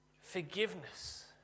Forgiveness